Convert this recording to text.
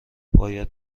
باید